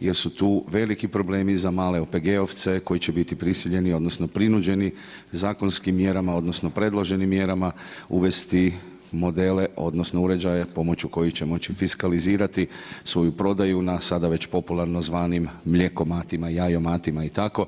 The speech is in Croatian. jer su tu veliki problemi za male OPG-ovce koji će biti prisiljeni odnosno prinuđeni zakonskim mjerama odnosno predloženim mjerama uvesti modele odnosno uređaje pomoću kojih će moći fiskalizirati svoju prodaju na sada već popularno zvanim mlijekomatima, jajomatima i tako.